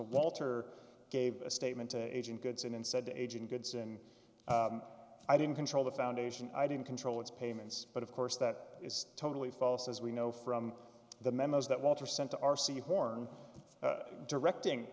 walter gave a statement to agent goods and said the agent goods and i didn't control the foundation i didn't control its payments but of course that is totally false as we know from the memos that walter sent to r c horn directing